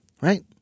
right